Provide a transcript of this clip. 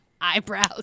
Eyebrows